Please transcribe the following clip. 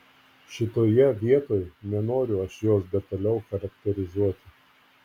šitoje vietoj nenoriu aš jos detaliau charakterizuoti